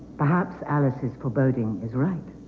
perhaps alice's foreboding is right